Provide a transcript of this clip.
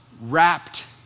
wrapped